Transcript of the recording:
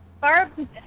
Barb